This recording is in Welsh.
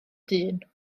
dyn